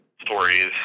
stories